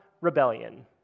rebellion